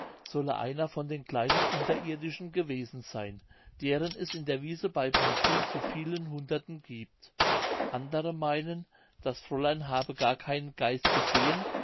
solle einer von den kleinen unterirdischen gewesen seyn deren es in der wiese bei pansin zu vielen hunderten giebt andere meinen das fräulein habe gar keinen geist gesehen